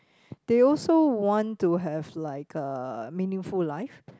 they also want to have like a meaningful life